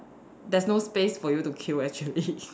there's no space for you to queue actually